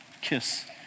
Kiss